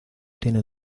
tiene